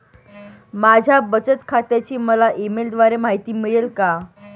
माझ्या बचत खात्याची मला ई मेलद्वारे माहिती मिळेल का?